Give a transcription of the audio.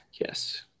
Yes